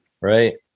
right